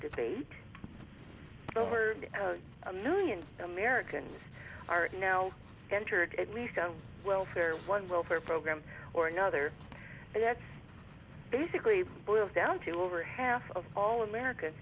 debate over a million americans are now entered at least on welfare one welfare program or another and that's basically boils down to over half of all america